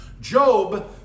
Job